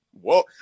whoa